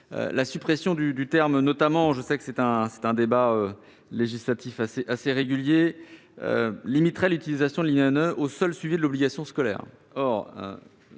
La suppression du terme « notamment », objet d'un débat législatif assez récurrent, limiterait l'utilisation de l'INE au seul suivi de l'obligation scolaire.